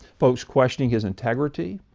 folks questioning his integrity,